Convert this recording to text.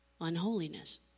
unholiness